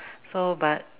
so but